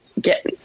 get